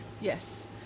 Yes